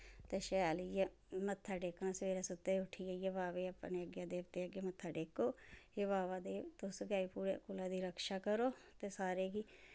ते शैल इयै मत्था टोकने सवेरै सुत्ते दे उट्ठियै इयै बाबे अपनै देवते अग्गै मत्था टेक्को हे बाबा तुस गै कुलै दी रक्षा करो ते सारें गी